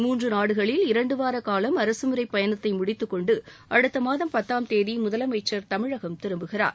மூன்று நாடுகளில் இரண்டுவார காலம் அரசுமுறை பயணத்தை முடித்துக்கொண்டு அடுத்த மாதம் பத்தாம் தேதி முதலமைச்சர் தமிழகம் திரும்புகிறார்